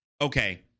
Okay